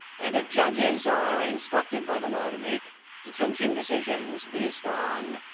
and if judges are instructed by the law to make detention decisions based on